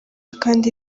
kandi